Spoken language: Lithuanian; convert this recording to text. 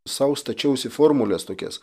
sau stačiausi formules tokias